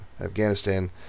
afghanistan